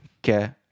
que